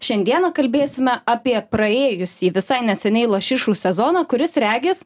šiandieną kalbėsime apie praėjusį visai neseniai lašišų sezoną kuris regis